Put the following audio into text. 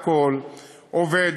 והכול עובד.